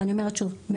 ואני אומרת שוב,